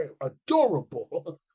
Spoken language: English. adorable